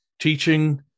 teaching